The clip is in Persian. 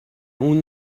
اون